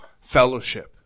Fellowship